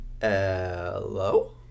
Hello